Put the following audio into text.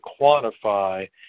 quantify